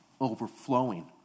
overflowing